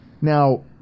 Now